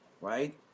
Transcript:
right